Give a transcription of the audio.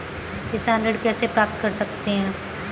किसान ऋण कैसे प्राप्त कर सकते हैं?